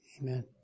Amen